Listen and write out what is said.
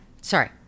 Sorry